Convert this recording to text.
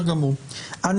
אני